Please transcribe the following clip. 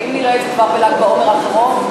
האם נראה את זה כבר בל"ג בעומר הקרוב?